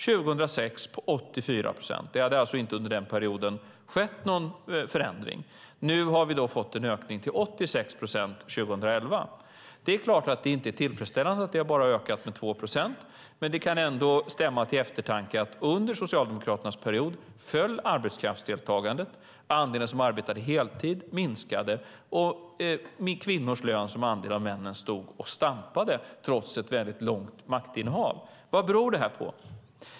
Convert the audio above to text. År 2006 låg den på 84 procent. Under denna period hade det alltså inte skett någon förändring. Nu har vi fått en ökning till 86 procent 2011. Det är klart att det inte är tillfredsställande att det har ökat med bara 2 procent, men det kan ändå stämma till eftertanke att arbetskraftsdeltagandet föll under Socialdemokraternas regeringsperiod, andelen som arbetade heltid minskade, och kvinnors lön som andel av männens stod och stampade trots ett mycket långt maktinnehav. Vad beror detta på?